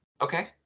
Okay